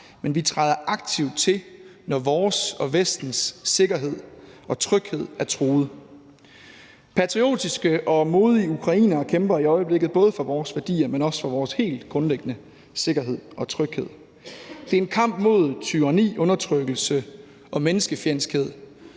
– vi træder aktivt til, når vores og Vestens sikkerhed og tryghed er truet. Patriotiske og modige ukrainere kæmper i øjeblikket både for vores værdier, men også for vores helt grundlæggende sikkerhed og tryghed. Det er en kamp mod tyranni, undertrykkelse og menneskefjendskhed,